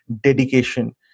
dedication